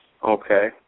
Okay